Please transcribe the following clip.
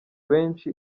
benshi